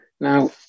now